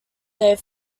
their